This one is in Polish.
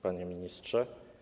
Panie Ministrze!